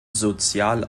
sozial